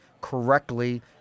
correctly